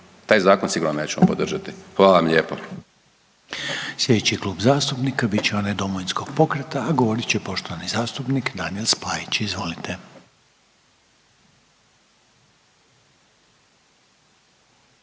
Taj zakon sigurno nećemo podržati. Hvala vam lijepo.